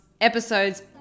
episodes